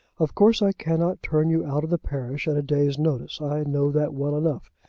of course i cannot turn you out of the parish at a day's notice. i know that well enough.